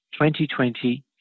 2020